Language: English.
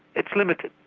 it's limited.